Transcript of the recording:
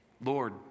Lord